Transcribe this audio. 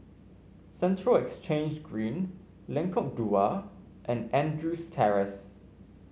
Central Exchange Green Lengkok Dua and Andrews Terrace